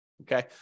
Okay